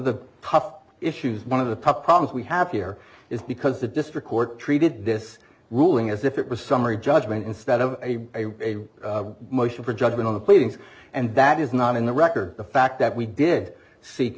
puff issues one of the problems we have here is because the district court treated this ruling as if it was summary judgment instead of a motion for judgment on the pleadings and that is not in the record the fact that we did see